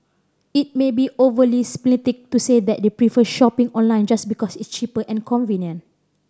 it may be overly simplistic to say that they prefer shopping online just because it's cheaper and convenient